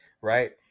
right